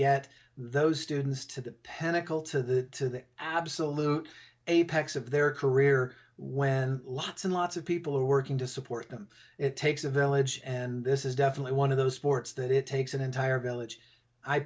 get those students to panicle to the absolute apex of their career when lots and lots of people are working to support them it takes a village and this is definitely one of those sports that it takes an entire village i